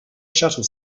shuttle